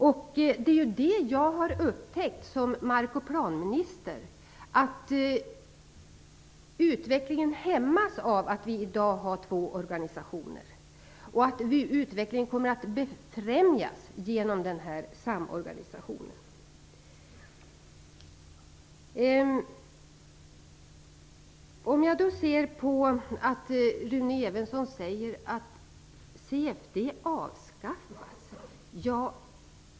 Som mark och planminister har jag upptäckt att utvecklingen hämmas av att vi i dag har två organisationer. Utvecklingen kommer att befrämjas av samorganisationen. Rune Evensson säger att CFD kommer att avskaffas.